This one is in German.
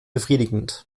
befriedigend